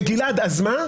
גלעד, אז מה?